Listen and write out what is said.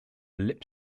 lip